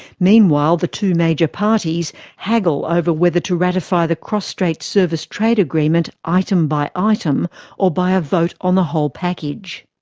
meanwhile the two major parties haggle over whether to ratify the cross-strait service trade agreement item by item or by a vote on the whole package.